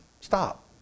stop